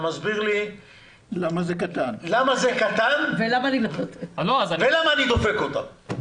אתה מסביר לי למה זה קטן ולמה אני דופק אותם.